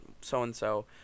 so-and-so